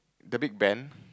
the Big-Ben